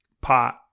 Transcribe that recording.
pot